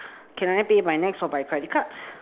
can I pay by nets or by credit card